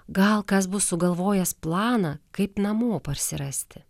gal kas bus sugalvojęs planą kaip namo parsirasti